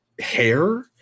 hair